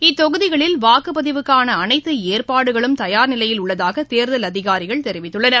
இத்தொகுதிகளில் வாக்குப்பதிவுக்கானஅனைத்துஏற்பாடுகளும் தயாா் நிலையில் உள்ளதாகதேர்தல் அதிகாரிகள் தெரிவித்துள்ளனர்